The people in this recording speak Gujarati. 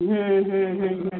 હં હં હં હં